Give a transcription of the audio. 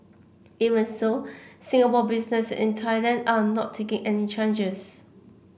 even so Singapore business in Thailand are not taking any changes